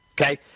okay